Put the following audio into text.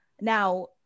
Now